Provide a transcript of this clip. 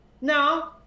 No